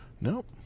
Nope